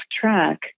track